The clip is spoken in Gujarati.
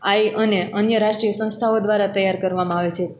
આઈ અને અન્ય રાષ્ટ્રિય સંસ્થાઓ દ્વારા તૈયાર કરવામાં આવે છે